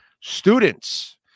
Students